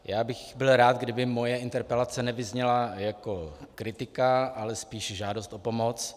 Já bych byl rád, kdyby moje interpelace nevyzněla jako kritika, ale spíše žádost o pomoc.